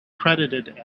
credited